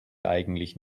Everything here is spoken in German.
eigentlich